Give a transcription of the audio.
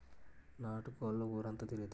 నాటు కోళ్లు ఊరంతా తిరుగుతాయి